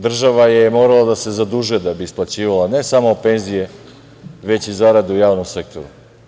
Država je morala da se zadužuje da bi isplaćivala ne samo penzije, već i zarade u javnom sektoru.